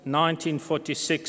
1946